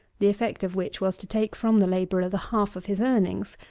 the effect of which was to take from the labourer the half of his earnings,